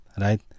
right